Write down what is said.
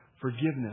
forgiveness